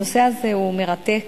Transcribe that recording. הנושא הזה הוא מרתק,